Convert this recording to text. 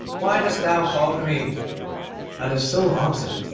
why dost thou call to me and the soul answered,